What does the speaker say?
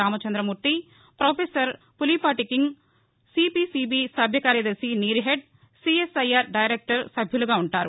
Ramachandramurthy professor Pulipati King CPCB సభ్య కార్యదర్శి NEERI head CSIR director సభ్యులుగా ఉంటారు